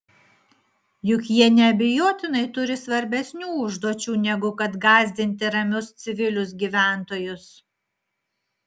juk jie neabejotinai turi svarbesnių užduočių negu kad gąsdinti ramius civilius gyventojus